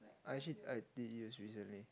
I actually I did use recently